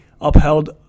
upheld